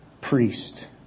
priest